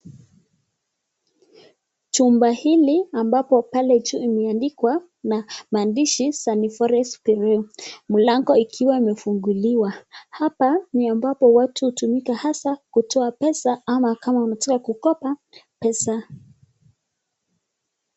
Chumba hili ambapo pale juu imeandikwa na maandishi Sunny Forex Bureau mlango ikiwa imefunguliwa. Hapa ni ambapo watu hutumika hasa kutoa pesa ama kama unataka kukopa pesa.